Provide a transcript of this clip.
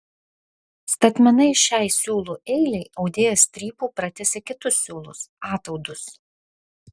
statmenai šiai siūlų eilei audėjas strypu pratiesia kitus siūlus ataudus